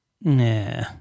Nah